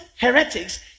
heretics